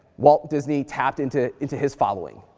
walt disney tapped into into his following,